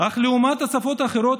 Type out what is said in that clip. אך לעומת שפות אחרות,